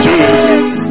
Jesus